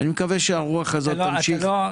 אני מקווה שהרוח הזאת תמשיך.